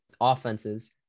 offenses